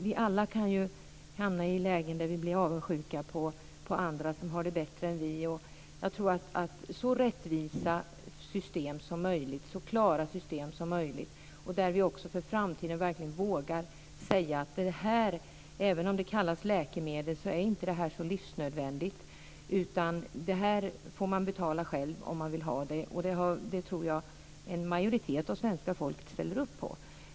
Vi kan alla hamna i lägen där vi blir avundsjuka på andra som har det bättre. Jag tror att det är viktigt med så rättvisa och klara system som möjligt, och att vi i framtiden verkligen vågar säga att även om detta kallas läkemedel är det inte så livsnödvändigt. Detta får man betala själv, om man vill ha det. Det tror jag att en majoritet av svenska folket ställer upp på.